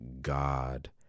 God